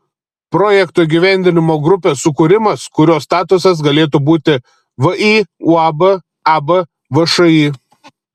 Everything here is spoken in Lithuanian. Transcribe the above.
projekto įgyvendinimo grupės sukūrimas kurio statusas galėtų būti vį uab ab všį